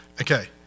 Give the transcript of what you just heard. Okay